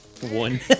One